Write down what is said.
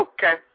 Okay